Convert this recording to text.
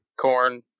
Corn